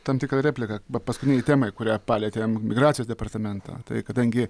tam tikrą repliką bet paskutinei temai kurią palietėm migracijos departamentą tai kadangi